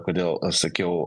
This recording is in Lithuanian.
kodėl aš sakiau